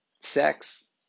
sex